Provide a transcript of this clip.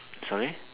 sorry